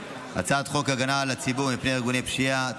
הצעת חוק הגנה על הציבור מפני ארגוני פשיעה,